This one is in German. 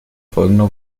folgender